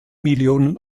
millionen